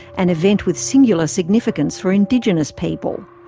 an event with singular significance for indigenous people.